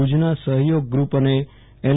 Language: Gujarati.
ભુજના સહયોગ ગ્રુ પ અને એલ